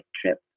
trip